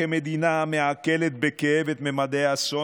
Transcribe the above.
כמדינה המעכלת בכאב את ממדי האסון,